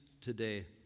today